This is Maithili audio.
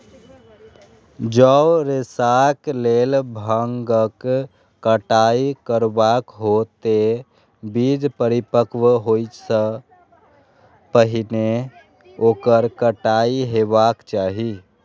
जौं रेशाक लेल भांगक कटाइ करबाक हो, ते बीज परिपक्व होइ सं पहिने ओकर कटाइ हेबाक चाही